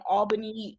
Albany